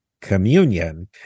communion